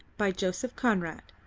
by joseph conrad